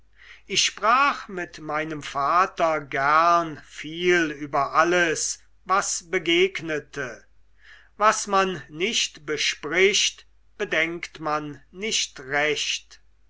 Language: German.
ich sprach mit meinem vater gern viel über alles was begegnete was man nicht bespricht bedenkt man nicht recht